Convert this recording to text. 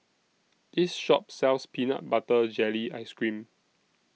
This Shop sells Peanut Butter Jelly Ice Cream